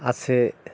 আছে